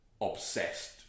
obsessed